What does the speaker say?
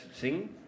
sing